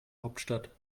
hauptstadt